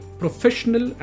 professional